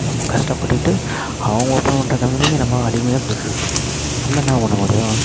நம்ம கஷ்டப்பட்டுகிட்டு அவங்க ஓப்பன் பண்ணுற கம்பெனிக்கு நம்ம அடிமையாக போய்கிட்ருக்கோம் நம்ம என்ன பண்ண முடியும்